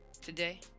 Today